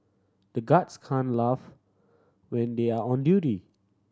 the guards can laugh when they are on duty